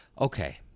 okay